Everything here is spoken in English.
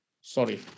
Sorry